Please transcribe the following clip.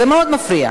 זה מאוד מפריע.